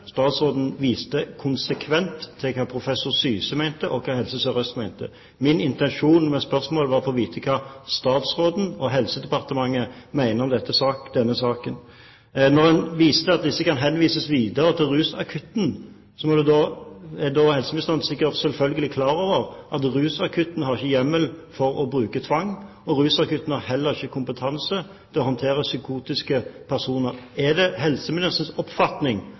og Helse- og omsorgsdepartementet mener om denne saken. Når helseministeren viser til at disse pasientene kan henvises videre til Rusakutten, er hun sikkert klar over at Rusakutten ikke har hjemmel for å bruke tvang. Rusakutten har heller ikke kompetanse til å håndtere psykotiske personer. Er det helseministerens oppfatning